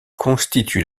constitue